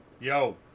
Yo